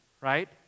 right